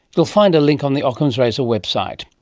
you'll find a link on the ockham's razor website.